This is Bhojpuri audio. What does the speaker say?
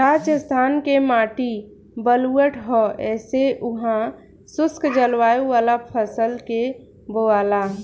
राजस्थान के माटी बलुअठ ह ऐसे उहा शुष्क जलवायु वाला फसल के बोआला